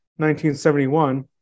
1971